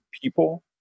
people